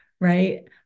right